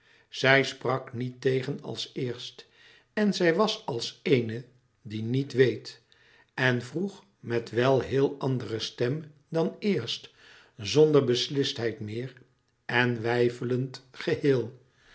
zij sprak niet tegen als eerst en zij was als eene die niet weet en vroeg met wel heel andere stem dan eerst zonder beslistheid meer en weifelend geheel